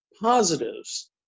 positives